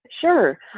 Sure